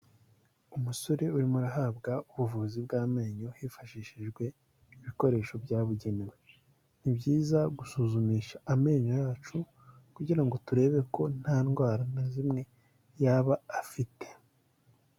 Umusore urimo urahabwa ubuvuzi bw'amenyo, hifashishijwe ibikoresho byabugenewe. Ni byiza gusuzumisha amenyo yacu, kugira ngo turebe ko nta ndwara na zimwe yaba afite.